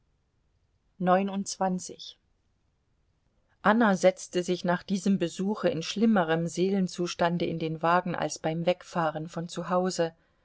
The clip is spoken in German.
anna setzte sich nach diesem besuche in schlimmerem seelenzustande in den wagen als beim wegfahren von